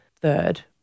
third